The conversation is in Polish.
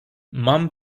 mam